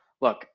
look